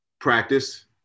practice